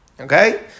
Okay